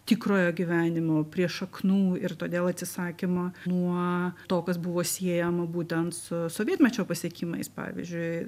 tikrojo gyvenimo prie šaknų ir todėl atsisakymo nuo to kas buvo siejama būtent su sovietmečio pasiekimais pavyzdžiui